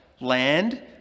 land